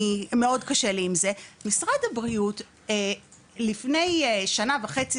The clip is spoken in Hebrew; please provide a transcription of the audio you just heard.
מאוד קשה לי עם זה - משרד הבריאות לפני שנה וחצי